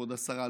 כבוד השרה,